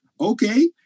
okay